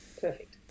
Perfect